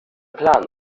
plan